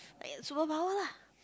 like superpower lah